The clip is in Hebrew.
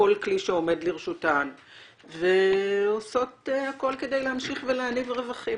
כל כלי שעומד לרשותן ועושות הכול כדי להמשיך ולהניב רווחים.